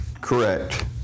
Correct